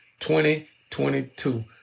2022